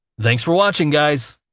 thanks for watching guys!